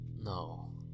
No